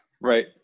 right